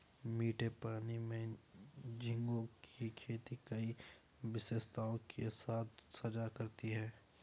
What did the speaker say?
मीठे पानी में झींगे की खेती कई विशेषताओं के साथ साझा करती है